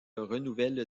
renouvelle